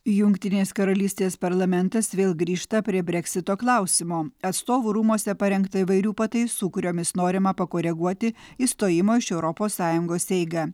jungtinės karalystės parlamentas vėl grįžta prie breksito klausimo atstovų rūmuose parengta įvairių pataisų kuriomis norima pakoreguoti išstojimo iš europos sąjungos eigą